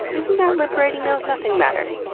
isn't that liberating though? nothing matters.